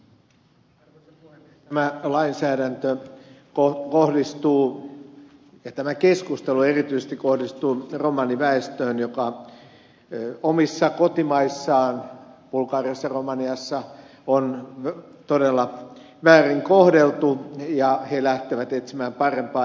tämä lainsäädäntö kohdistuu ja tämä keskustelu kohdistuu erityisesti romaniväestöön joka omissa kotimaissaan bulgariassa romaniassa on todella väärin kohdeltua ja he lähtevät etsimään parempaa elämää